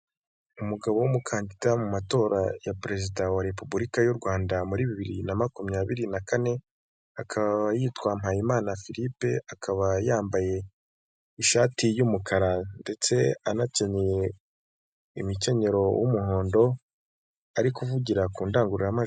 Umugabo w'umukandida mu matora ya perezida wa repubulika y'u Rwanda muri bibiri na makumyabiri na kane, akaba yitwa Muhayimana Filipe akaba yambaye ishati y'umukara ndetse anakenyeye imikenyero w'umuhondo, ari kuvugira ku ndangurura majwi.